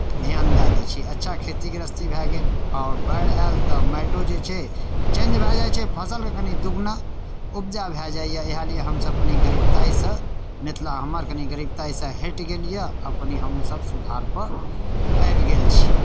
ध्यान दए दै छियै अच्छा खेती गृहस्थी भए गेल आओर बाढ़ि आयल तऽ माटिओ जे छै चेंज भए जाइ छै फसलके कनी दुगुना उपजा भए जाइए इएह लिए हमसभ कनी गरीबताइसँ मिथिला हमर कनी गरीबताइसँ हटि गेल यए आब कनी हमहूँसभ सुधारपर आबि गेल छी